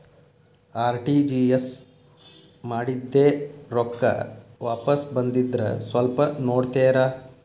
RTGS ಮಾಡಿದ್ದೆ ರೊಕ್ಕ ವಾಪಸ್ ಬಂದದ್ರಿ ಸ್ವಲ್ಪ ನೋಡ್ತೇರ?